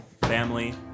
family